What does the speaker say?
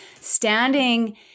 standing